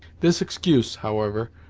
this excuse, however,